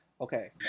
Okay